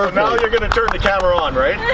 now you're going to turn the camera on right!